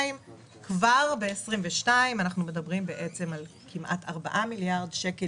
כבר ב-2022 אנחנו מדברים על כמעט ארבעה מיליארד שקל